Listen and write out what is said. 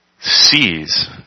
sees